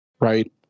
right